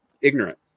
ignorant